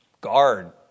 guard